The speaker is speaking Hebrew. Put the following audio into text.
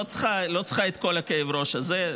אני לא צריכה את כל כאב הראש הזה,